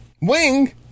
Wing